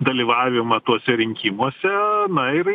dalyvavimą tuose rinkimuose na ir